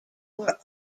were